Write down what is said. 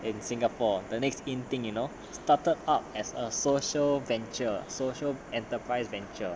in singapore the next in thing you know started up as a social venture social enterprise venture